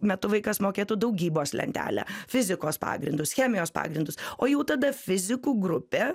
metu vaikas mokėtų daugybos lentelę fizikos pagrindus chemijos pagrindus o jau tada fizikų grupė